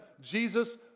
Jesus